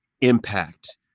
impact